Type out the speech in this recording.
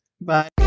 Bye